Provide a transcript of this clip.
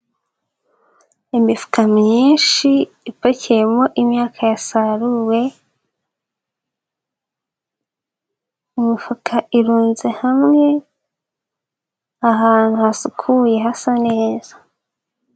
Imifuka myinshi ipakiyemo imyaka yasaruwe, imifuka irunze hamwe ahantu hasukuye hasa neza.